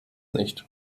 nicht